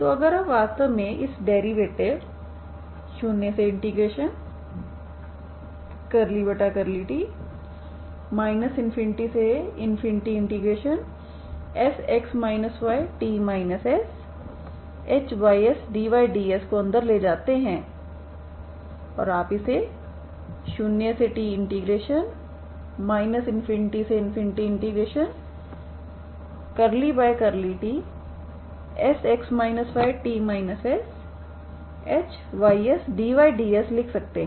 तो अगर आप वास्तव में इस derivative 0t∂t ∞Sx yt shysdyds को अंदर ले जाते हैं और आप इसे 0t ∞∂tSx yt shysdyds लिख सकते हैं